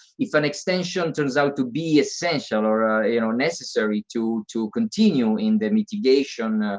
if an extension turns out to be essential or ah you know necessary to to continue in the mitigation,